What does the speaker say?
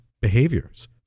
behaviors